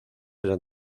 eran